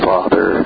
Father